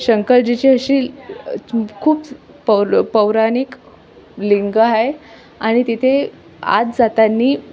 शंकरजीची अशी खूप पौ पौराणिक लिंग आहे आणि तिथे आत जाताना